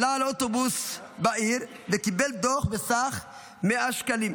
עלה לאוטובוס בעיר וקיבל דוח בסך 100 שקלים.